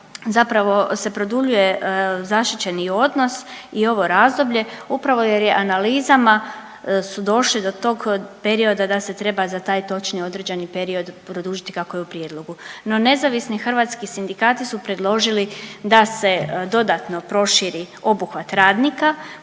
zapravo se produljuje zaštićeni odnos i ovo razdoblje upravo jer je analizama su došli do tog perioda da se treba za taj točni određeni period produžiti kako je u prijedlogu. Ni, Nezavisni hrvatski sindikati su predložili da se dodatno proširi obuhvat radnika